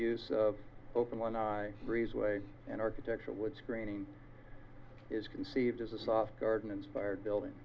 use of open one eye breezeway and architectural wood screening is conceived as a soft garden inspired building